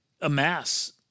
amass